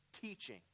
teaching